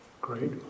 great